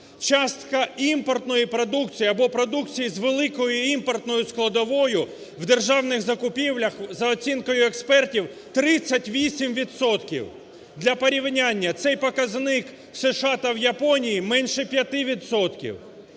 Частка імпортної продукції або продукції з великої імпортною складовою в державних закупівлях за оцінкою експертів 38 відсотків. Для порівняння. Цей показник в США та в Японії менше 5